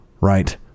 right